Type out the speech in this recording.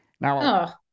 Now